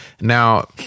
Now